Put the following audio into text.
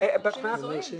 פער גדול.